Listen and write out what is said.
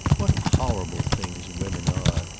what horrible things women are!